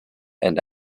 and